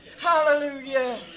Hallelujah